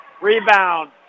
rebound